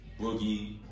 boogie